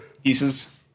pieces